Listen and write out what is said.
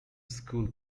school